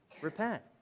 Repent